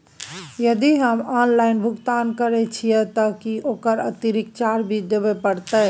यदि हम ऑनलाइन भुगतान करे छिये त की ओकर अतिरिक्त चार्ज भी देबे परतै?